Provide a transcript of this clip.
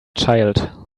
child